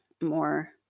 more